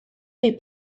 they